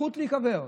הזכות להיקבר,